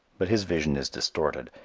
but his vision is distorted.